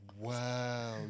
Wow